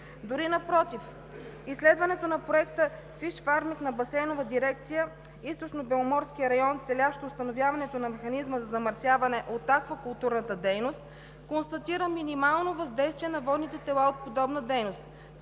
Напротив, изследването на проекта FISHFARMING на Басейнова дирекция „Източнобеломорски район“, целящ установяването на Механизма за замърсяване от аквакултурната дейност, констатира минимално въздействие на водните тела от подобна дейност.